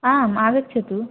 आम् आगच्छतु